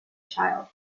child